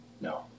No